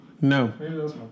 No